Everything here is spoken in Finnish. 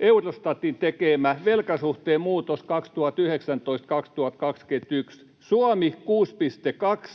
Eurostatin tekemä — velkasuhteen muutos 2019—2021: Suomi